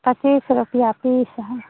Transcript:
पच्चीस रुपैया पीस है